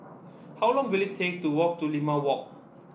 how long will it take to walk to Limau Walk